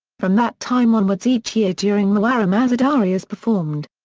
from that time onwards each year during muharram azadari is performed.